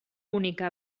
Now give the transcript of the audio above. única